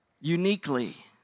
uniquely